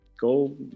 go